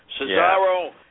Cesaro